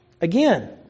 Again